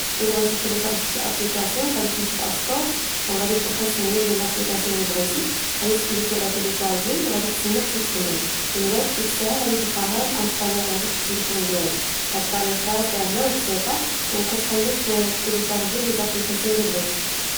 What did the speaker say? إلا بغيتي طلاشغي واحد الأپلكاسيو، غادي تمشي لأب ستور، غادي تدخل سميّة ديال الأپلكاسيو اللي بغيتي، غادي تكليك على طلاشجي، وغادي تسنى حتى تكمل. من بعد، ديك الساعة غادي تلقاها مأنصَطَالة عندك فالتليفون ديالك. هاد الطريقة ساهلة و بسيطة، كتخليك تلشاغجي الأپلكاسيو اللي بغيتي